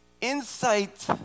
insight